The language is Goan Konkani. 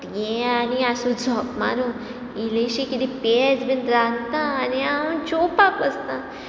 तें आनी आसूं झख मारूं इल्लिशी किदें पेज बीन रांदता आनी हांव जेवपाक बसतां